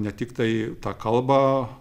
ne tiktai tą kalbą